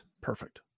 Perfect